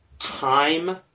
time